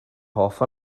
hoff